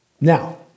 Now